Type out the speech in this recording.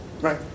right